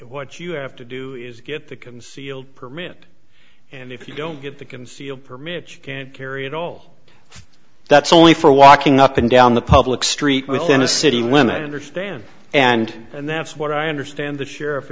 what you have to do is get the concealed permit and if you don't get the concealed permit you can't carry it all that's only for walking up and down the public street within a city women understand and and that's what i understand the sheriff